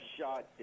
shot